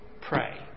pray